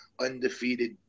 undefeated